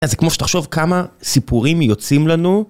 זה כמו שתחשוב כמה סיפורים יוצאים לנו.